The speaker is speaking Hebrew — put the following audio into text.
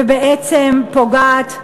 ובעצם פוגעת,